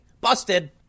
Busted